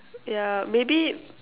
ya maybe